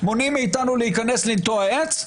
מונעים מאתנו להיכנס ולנטוע עץ,